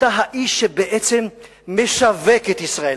אתה האיש שבעצם משווק את ישראל,